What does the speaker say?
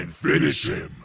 and finish him.